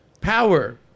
Power